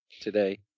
today